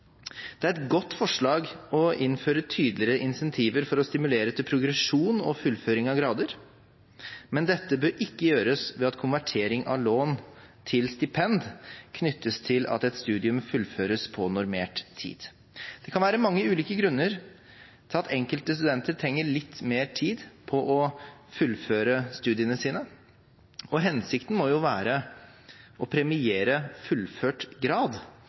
Det er et godt forslag å innføre tydeligere incentiver for å stimulere til progresjon og fullføring av grader, men dette bør ikke gjøres ved at konvertering av lån til stipend knyttes til at et studium fullføres på normert tid. Det kan være mange ulike grunner til at enkelte studenter trenger litt mer tid på å fullføre studiene sine, og hensikten må jo være å premiere fullført grad,